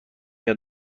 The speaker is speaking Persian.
یاد